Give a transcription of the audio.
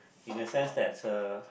in the sense that uh